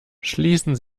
schließen